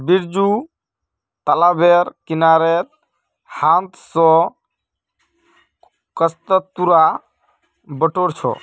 बिरजू तालाबेर किनारेर हांथ स कस्तूरा बटोर छ